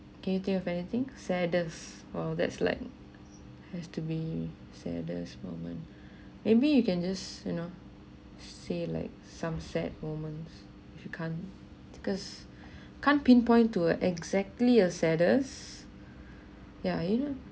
can you think of anything saddest !wow! that's like has to be saddest moment maybe you can just you know say like some sad moments if you can't because can't pinpoint to exactly a saddest yeah you know